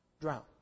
drown